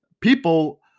people